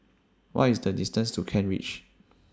What IS The distance to Kent Ridge